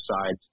sides